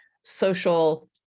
social